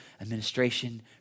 administration